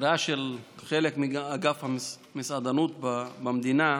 סגירה של חלק מענף המסעדנות במדינה,